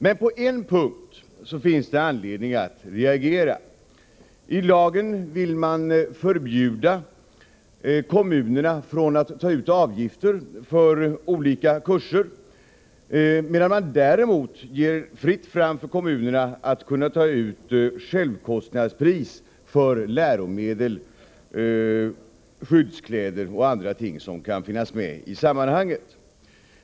Men på en punkt finns det anledning att reagera. Man vill i lagen förbjuda kommunerna att ta ut avgifter för olika kurser, medan det däremot blir fritt fram för kommunerna att ta ut självkostnadspris för läromedel, skyddskläder och andra ting som kan finnas med i sammanhanget.